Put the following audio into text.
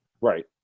Right